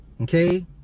Okay